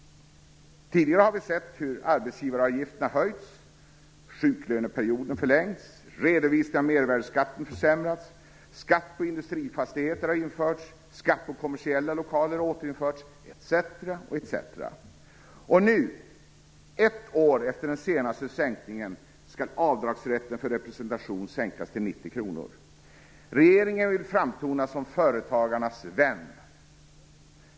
Tidigare har vi sett hur arbetsgivaravgifterna höjts, sjuklöneperioden förlängts, redovisning av mervärdesskatten försämrats, skatt på industrifastigheter införts, skatt på kommersiella lokaler återinförts, etc. Nu, ett år efter den senaste sänkningen, skall avdragsrätten för representation sänkas till 90 kr. Regeringen vill framtona som företagarnas vän.